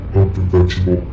unconventional